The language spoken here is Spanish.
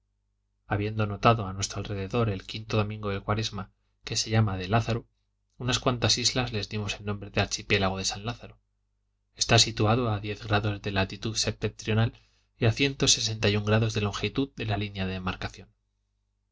habiendo notado a nuestro alrededor el quinto domingo de cuaresma que se llama de lázaro unas cuantas islas les dimos el nombre de archipiélago de san lázaro está situado a diez grados de latitud septentrional y a ciento y grados de longitud de la línea de embarcación y